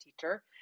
teacher